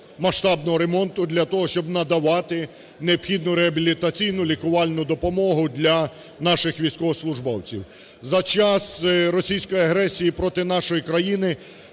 масштабного ремонту для того, щоб надавати необхідну реабілітаційну, лікувальну допомогу для наших військовослужбовців. За час російської агресії проти нашої країни